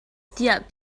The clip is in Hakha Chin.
tiah